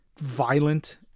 violent